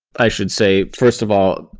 i should say, first of all,